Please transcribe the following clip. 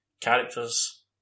characters